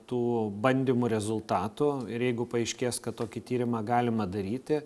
tų bandymų rezultatų ir jeigu paaiškės kad tokį tyrimą galima daryti